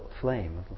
flame